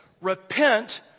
Repent